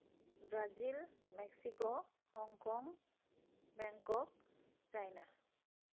Brazil Mexico Hong Kong Bangkok China